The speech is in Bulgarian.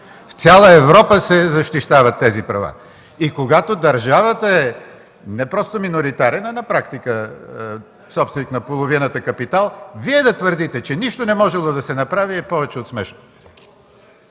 В цяла Европа се защитават тези права. И когато държавата е не просто миноритарен, а на практика собственик на половината капитал, Вие да твърдите, че нищо не можело да се направи е повече от смешно.